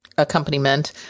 accompaniment